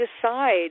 decide